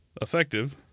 effective